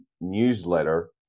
newsletter